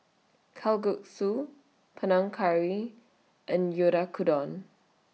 Kalguksu Panang Curry and Oyakodon